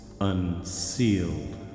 unsealed